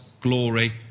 glory